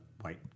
white